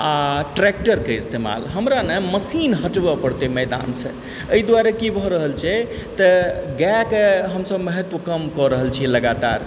आ ट्रेक्टरके इस्तेमाल हमरा न मशीन हटबऽ पड़तै मैदानसँ एहि दुआरे की भऽ रहल छै तऽ गायके हमसभ महत्व कम कऽ रहल छी लगातार